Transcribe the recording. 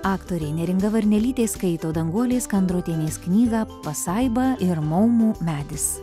aktorė neringa varnelytė skaito danguolės kandrotienės knygą pasaiba ir maumų medis